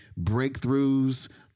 breakthroughs